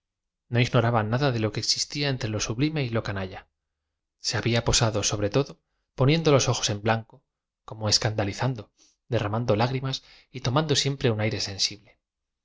no ignoraba nada de lo que existía entre lo sublime y lo canalla se habia posado aobre todo poniendo los ojos ea blanco como esc an dalízando derramando lágrimas y tomando siempre un aire sensible